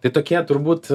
tai tokie turbūt